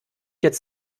jetzt